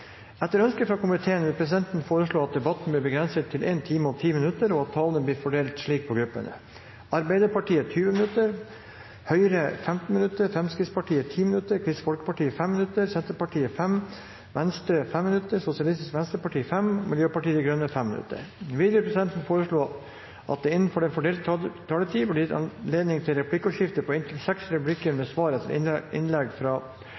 Etter ønske fra utenriks- og forsvarskomiteen vil presidenten foreslå at debatten blir begrenset til 1 time og 10 minutter, og at taletiden blir fordelt slik på gruppene: Arbeiderpartiet 20 minutter, Høyre 15 minutter, Fremskrittspartiet 10 minutter, Kristelig Folkeparti 5 minutter, Senterpartiet 5 minutter, Venstre 5 minutter, Sosialistisk Venstreparti 5 minutter og Miljøpartiet De Grønne 5 minutter. Videre vil presidenten foreslå at det blir gitt anledning til replikkordskifte på inntil seks replikker med svar etter innlegg